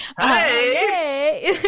Hey